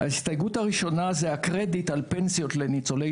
ההסתייגות הראשונה זה הקרדיט על פנסיות לניצולי